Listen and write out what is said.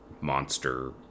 monster